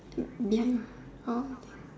behind